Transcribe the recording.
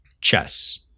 chess